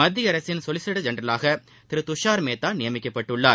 மத்திய அரசின் சொலிசிட்டர் ஜெனரவாக துஷார் மேத்தா நியமிக்கப்பட்டுள்ளார்